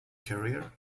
career